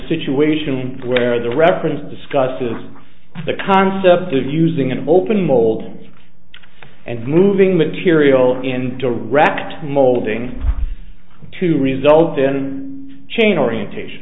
situation where the reference discusses the concept of using an open mold and moving material in direct molding to result in chain orientation